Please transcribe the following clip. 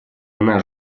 наш